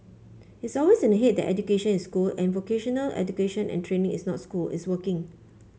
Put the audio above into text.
it's always in the head that education is school and vocational education and training is not school it's working